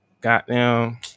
goddamn